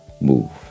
move